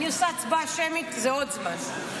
אני עושה הצבעה שמית וזה עוד זמן.